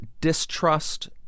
distrust